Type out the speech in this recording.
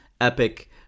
epic